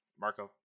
Marco